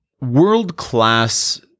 world-class